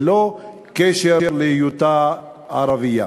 ללא קשר להיותה ערבייה.